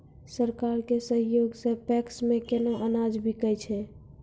सरकार के सहयोग सऽ पैक्स मे केना अनाज बिकै छै?